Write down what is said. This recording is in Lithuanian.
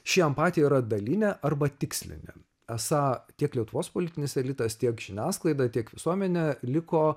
ši empatija yra dalinė arba tikslinė esą tiek lietuvos politinis elitas tiek žiniasklaida tiek visuomenė liko